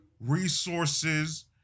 resources